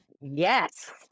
Yes